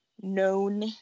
known